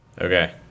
Okay